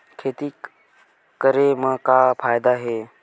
खेती करे म का फ़ायदा हे?